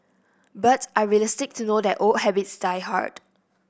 but are realistic to know that old habits die hard